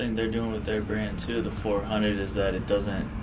and they're doing with their brand too, the four hundred, is that it doesn't,